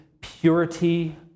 purity